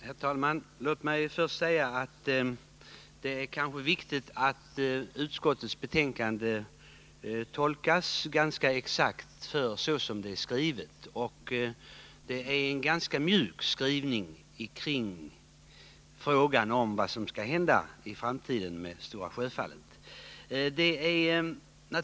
Herr talman! Låt mig först säga att det är viktigt att utskottets betänkande tolkas exakt så som det är skrivet. Utskottet har gjort en ganska mjuk skrivning kring frågan om vad som skall hända i framtiden med Stora Sjöfallet.